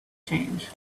change